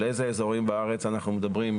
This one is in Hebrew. על איזה אזורים בארץ אנחנו מדברים,